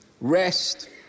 Rest